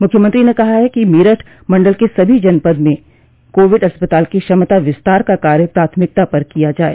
मुख्यमंत्री ने कहा है कि मेरठ मंडल के सभी जनपदों में कोविड अस्पतालों की क्षमता विस्तार का कार्य प्राथमिकता पर किया जाये